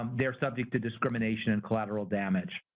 um they're subject to discrimination and collateral damage.